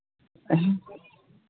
ᱦᱮᱸ